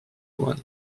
one